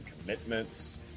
commitments